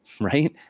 Right